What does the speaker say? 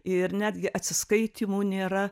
ir netgi atsiskaitymų nėra